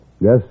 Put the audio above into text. Yes